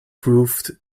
proved